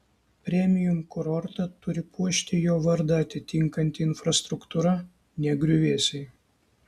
premium kurortą turi puošti jo vardą atitinkanti infrastruktūra ne griuvėsiai